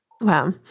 Wow